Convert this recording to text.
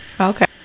Okay